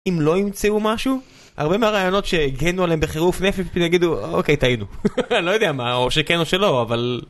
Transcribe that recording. אם לא ימצאו משהו הרבה מהרעיונות שהגנו עליהם בחירוף נפש נגידו אוקיי טעינו לא יודע מה או שכן או שלא אבל.